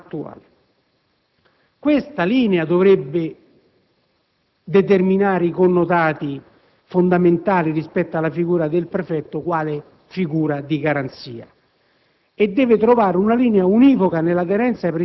invece, risulta estremamente attuale. Questa linea dovrebbe determinare i connotati fondamentali rispetto al prefetto, quale figura di garanzia,